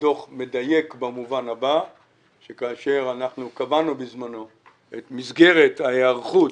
הדוח מדייק במובן הזה שכאשר אנחנו קבענו בזמנו את מסגרת ההיערכות